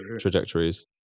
trajectories